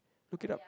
look it up